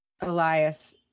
Elias